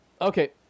Okay